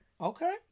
Okay